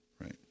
right